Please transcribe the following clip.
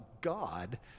God